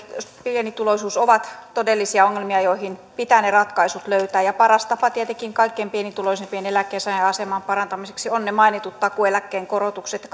pienituloisuus ovat todellisia ongelmia joihin pitää ne ratkaisut löytää paras tapa tietenkin kaikkein pienituloisimpien eläkkeensaajien aseman parantamiseksi on ne mainitut takuueläkkeen korotukset